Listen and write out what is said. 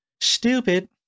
Stupid